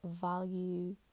value